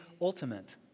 ultimate